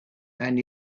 and